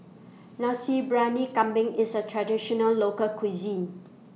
Nasi Briyani Kambing IS A Traditional Local Cuisine